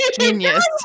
genius